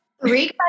Three